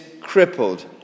crippled